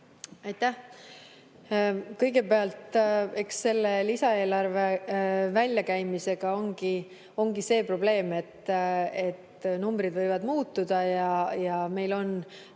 Aitäh! Kõigepealt, eks selle lisaeelarve väljakäimisega ongi see probleem, et numbrid võivad muutuda ja siis meile